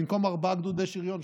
במקום ארבעה גדודי שריון,